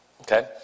Okay